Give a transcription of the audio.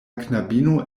knabino